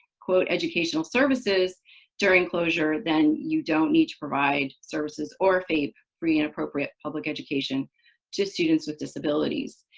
quote, educational services during closure, then you don't need to provide services or fape free and appropriate public education to students with disabilities.